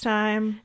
time